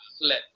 let